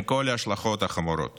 עם כל ההשלכות החמורות